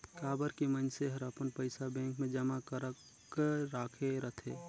काबर की मइनसे हर अपन पइसा बेंक मे जमा करक राखे रथे